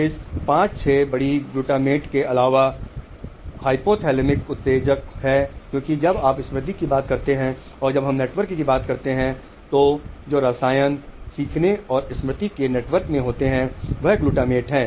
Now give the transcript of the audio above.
इस 5 6 बड़ी ग्लूटामेट के अलावा हाइपोथैलेमिक उत्तेजक है क्योंकि जब आप स्मृति की बात करते हैं और जब हम नेटवर्क की बात करते हैं तो जो रसायन सीखने और स्मृति के नेटवर्क में होते हैं वह ग्लूटामेट है